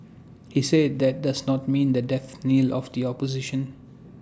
he said that does not mean the death knell of the opposition